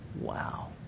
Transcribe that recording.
Wow